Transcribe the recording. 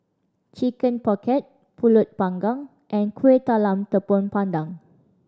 Chicken Pocket Pulut Panggang and Kueh Talam Tepong Pandan